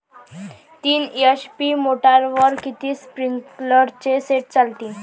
तीन एच.पी मोटरवर किती स्प्रिंकलरचे सेट चालतीन?